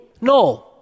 no